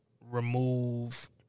remove